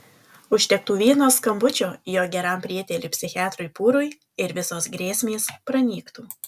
užtektų vieno skambučio jo geram prieteliui psichiatrui pūrui ir visos grėsmės pranyktų